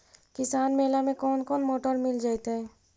किसान मेला में कोन कोन मोटर मिल जैतै?